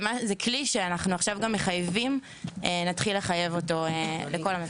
זה כלי שאנחנו נתחיל לחייב אותו לכל המפקדים.